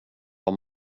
vad